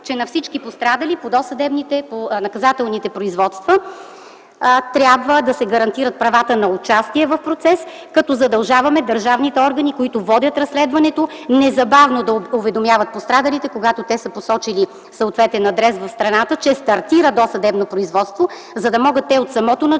производства, по наказателните производства да се гарантират правата на участие в процеса, като задължаваме държавните органи, които водят разследването, незабавно да уведомяват пострадалите, когато те са посочили съответен адрес в страната, че стартира досъдебно производство, за да могат те от самото начало